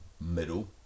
middle